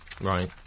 Right